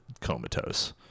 comatose